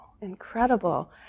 incredible